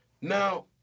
Now